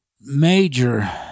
major